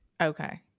Okay